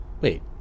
Wait